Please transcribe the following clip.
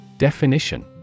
Definition